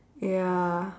ya